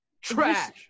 trash